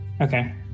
Okay